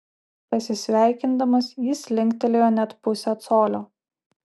pasisveikindamas jis linktelėjo net pusę colio